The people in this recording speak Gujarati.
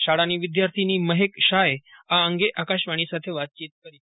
શાળાની વિદ્યાર્થીની મહેક શાહએ આ અંગે આકાશવાણી સાથે વાતચીત કરી હતી